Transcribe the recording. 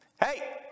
Hey